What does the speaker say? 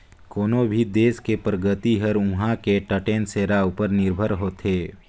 कोनो भी देस के परगति हर उहां के टटेन सेरा उपर निरभर होथे